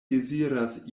deziras